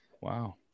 Wow